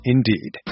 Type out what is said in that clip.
Indeed